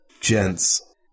gents